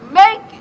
make